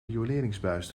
rioleringsbuis